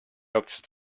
hauptstadt